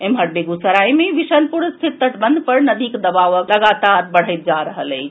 एम्हर बेगूसराय मे विशनपुर स्थित तटबंध पर नदीक दबाव लगातार बढ़ैत जा रहल अछि